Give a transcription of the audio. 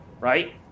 Right